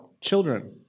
Children